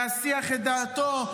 להסיח את דעתו?